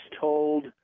told